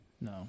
No